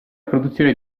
produzione